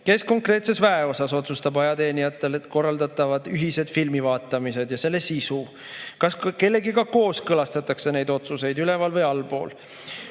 Kes konkreetses väeosas otsustab ajateenijatele korraldatavad ühised filmivaatamised ja nende sisu? Kas kellegagi kooskõlastatakse neid otsuseid üleval‑ või allpool?